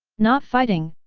not fighting,